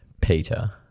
Peter